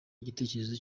igitekerezo